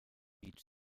beach